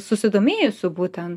susidomėjusių būtent